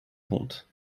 compte